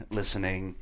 listening